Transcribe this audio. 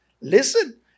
Listen